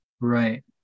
Right